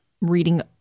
reading